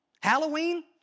Halloween